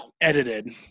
edited